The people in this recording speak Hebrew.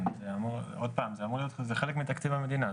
זה חלק מתקציב המדינה.